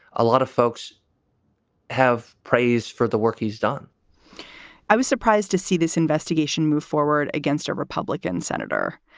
a lot of folks have praise for the work he's done i was surprised to see this investigation move forward against a republican senator.